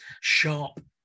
sharp